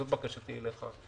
זאת בקשתי אליך,